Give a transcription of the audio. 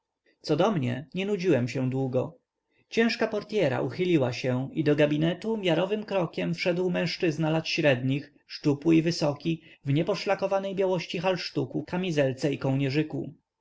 co do mnie nie nudziłem się długo ciężka portyera uchyliła się i do gabinetu miarowym krokiem wszedł mężczyzna lat średnich szczupły i wysoki w nieposzlakowanej białości halsztuku kamizelce i kołnierzyku